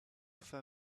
fin